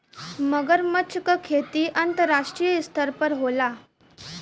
मगरमच्छ क खेती अंतरराष्ट्रीय स्तर पर होला